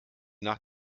nach